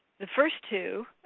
the first two,